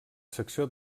secció